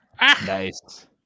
nice